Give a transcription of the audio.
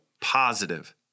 positive